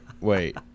wait